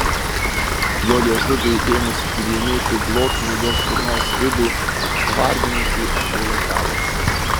jo liežuviui ėmus tyrinėti glotnų jos burnos vidų tvardymuisi atėjo galas